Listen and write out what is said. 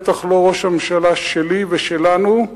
בטח לא ראש הממשלה שלי ושלנו,